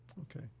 okay